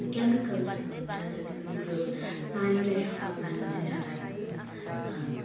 क्यामिकल्सहरू हुन्छ जति पनि त्यो पानीलाई सफा पार्नलाई चलाइएको